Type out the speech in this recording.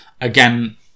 Again